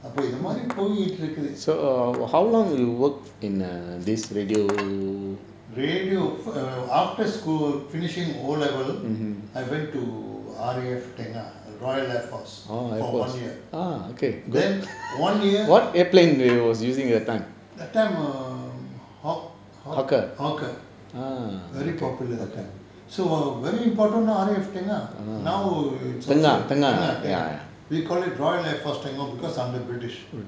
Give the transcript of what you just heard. அப்ப இது மாரி போயிட்டு இருக்குது:appa ithu maari poyittu irukkuthu radio for after school finishing O level I went to R_A_F tengah royal air force for one year then one year that time err hawk~ hawker very popular that time so very important know R_A_F tengah now it is also tengah we call it royal air force tengah because under british